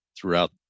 throughout